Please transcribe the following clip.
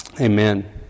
Amen